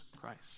christ